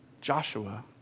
Joshua